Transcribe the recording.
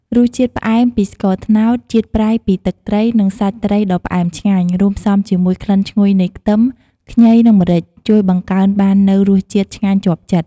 រសជាតិផ្អែមពីស្ករត្នោត ជាតិប្រៃពីទឹកត្រី និងសាច់ត្រីដ៏ផ្អែមឆ្ងាញ់ រួមផ្សំជាមួយក្លិនឈ្ងុយនៃខ្ទឹម ខ្ញី និងម្រេច ជួយបង្កើនបាននូវរសជាតិឆ្ងាញ់ជាប់ចិត្ត។